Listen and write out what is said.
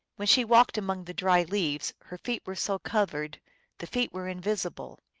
when she walked among the dry leaves her feet were so covered the feet were invisible.